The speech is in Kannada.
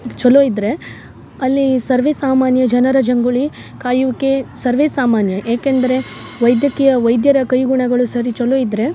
ಚಲೋ ಇದ್ದರೆ ಅಲ್ಲಿ ಸರ್ವೇಸಾಮಾನ್ಯ ಜನರ ಜಂಗುಳಿ ಕಾಯುವಿಕೆ ಸರ್ವೇಸಾಮಾನ್ಯ ಏಕೆಂದರೆ ವೈದ್ಯಕೀಯ ವೈದ್ಯರ ಕೈಗುಣಗಳು ಸರಿ ಚಲೋ ಇದ್ದರೆ